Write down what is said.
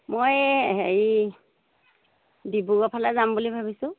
মই এই হেৰি ডিব্ৰুগড়ৰফালে যাম বুলি ভাবিছোঁ